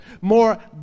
more